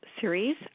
series